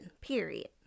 period